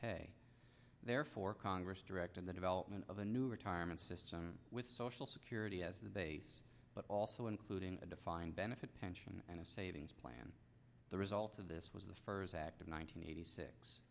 pay therefore congress directed the development of a new retirement system with social security as the base but also including a defined benefit pension and a savings plan the result of this was the first act of one hundred eighty six